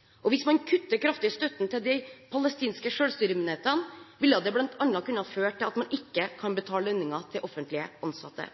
statsbyggingsprosjektet. Hvis man kutter kraftig i støtten til de palestinske selvstyremyndighetene, ville det bl.a. kunne føre til at man ikke kan betale lønninger til offentlig ansatte.